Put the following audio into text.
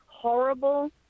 horrible